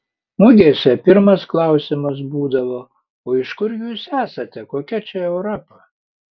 mugėse pirmas klausimas būdavo o iš kur jūs esate kokia čia europa